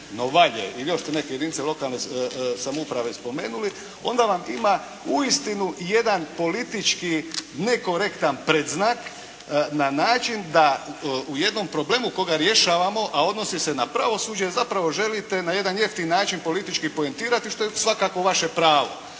ili još ste neke jedinice lokalne samouprave spomenuli onda vam ima uistinu jedan politički nekorektan predznak na način da u jednom problemu koga rješavamo a odnosi se na pravosuđe zapravo želite na jedan jeftin način politički poentirati što je svakako vaše pravo